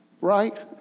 right